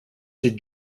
did